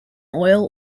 oil